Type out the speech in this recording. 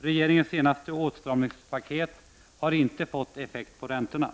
Regeringens senaste åtstramningspaket har inte fått effekt på räntorna.